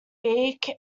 beak